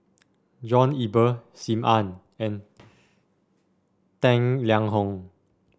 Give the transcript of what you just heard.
John Eber Sim Ann and Tang Liang Hong